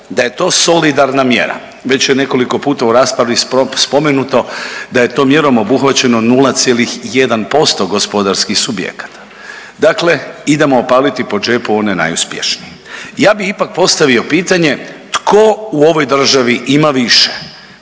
da je to solidarna mjera. Već je nekoliko puta u raspravi spomenuto da je tom mjerom obuhvaćeno 0,1% gospodarskih subjekata. Dakle, idemo opaliti po džepu one najuspješnije. Ja bih ipak postavio pitanje tko u ovoj državi ima više